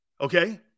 Okay